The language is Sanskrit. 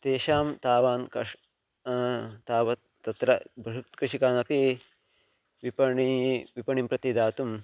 तेषां तावान् कृषिं तावत् तत्र बृहत्कृषिकाणामपि विपणिं विपणिं प्रति दातुं